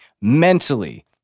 mentally